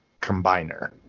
combiner